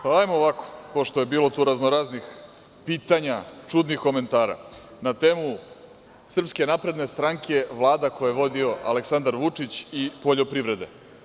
Hajdemo ovako, pošto je bilo tu raznoraznih pitanja, čudnih komentara na temu SNS, vlada koje je vodio Aleksandar Vučić i poljoprivrede.